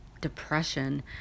depression